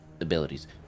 abilities